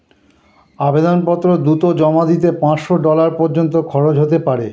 আবেদনপত্র দ্রুত জমা দিতে পাঁচশো ডলার পর্যন্ত খরচ হতে পারে